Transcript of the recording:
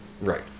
Right